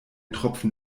tropfen